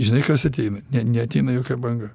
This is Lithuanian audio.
žinai kas ateina ne neateina jokia banga